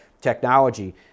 technology